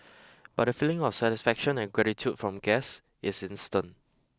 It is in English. but the feeling of satisfaction and gratitude from guests is instant